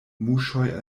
muŝoj